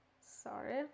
sorry